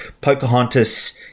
pocahontas